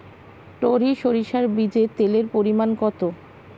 টরি সরিষার বীজে তেলের পরিমাণ কত?